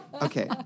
okay